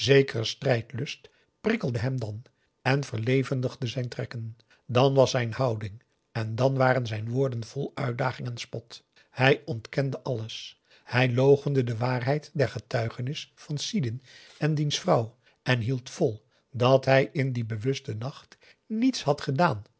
strijdlust prikkelde hem dan en verlevendigde zijn trekken dan was zijn houding en dan waren zijn woorden vol uittarting en spot hij ontkende alles hij loochende de waarheid der getuigenis van sidin en diens vrouw en hield vol dat hij in dien bewusten nacht niets had gedaan